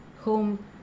home